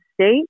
state